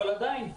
אבל עדיין,